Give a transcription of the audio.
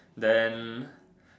then